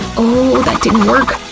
ooh, that didn't work,